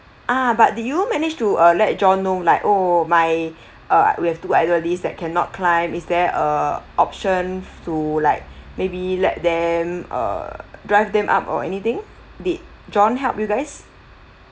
ah but did you manage to uh let john know like oh my uh we have two elderlies that cannot climb is there err options to like maybe let them err drive them up or anything did john help you guys